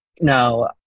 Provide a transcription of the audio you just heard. Now